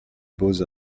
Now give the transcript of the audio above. beaux